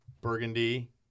burgundy